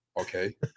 Okay